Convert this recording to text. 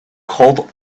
called